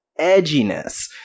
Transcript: edginess